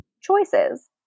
choices